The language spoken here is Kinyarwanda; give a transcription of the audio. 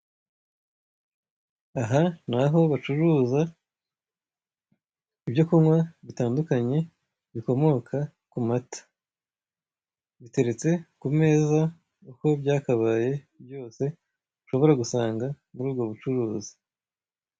Aha ni aho bacuruza ibyo kunywa bitandukanye bikomoka ku mata biteretse ku meza uko byakabaye byose ushobora gusanga muri ubwo bucuruzi.